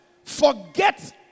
forget